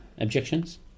objections